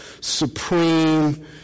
supreme